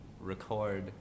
record